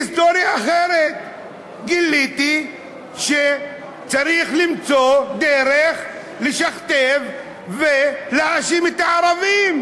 גיליתי שצריך למצוא דרך לשכתב ולהאשים את הערבים.